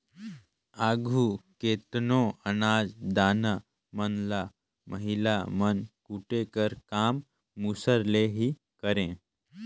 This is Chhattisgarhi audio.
आघु केतनो अनाज दाना मन ल महिला मन कूटे कर काम मूसर ले ही करें